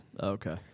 Okay